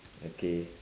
okay